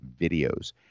videos